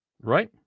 right